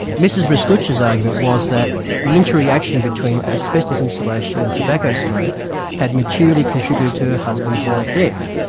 mrs restuccia's argument was that the inter-reaction between asbestos insulation and tobacco smoke had maturely contributed to her husband's ah death,